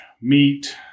meat